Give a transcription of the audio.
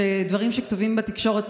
שדברים שכתובים בתקשורת,